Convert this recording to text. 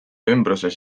ümbruses